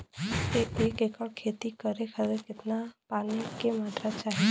एक एकड़ खेती करे खातिर कितना पानी के मात्रा चाही?